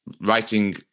writing